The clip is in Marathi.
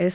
एस